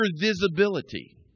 visibility